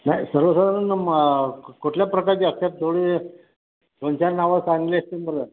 नाही सर्वसाधारण कुठल्या प्रकारची असतात थोडे दोनचार नावं चांगली असतील बघा